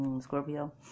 Scorpio